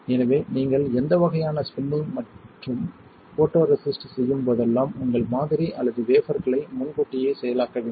எனவே நீங்கள் எந்த வகையான ஸ்பின்னிங் மற்றும் ஃபோட்டோரெசிஸ்ட் செய்யும் போதெல்லாம் உங்கள் மாதிரி அல்லது வேபர்களை முன்கூட்டியே செயலாக்க வேண்டும்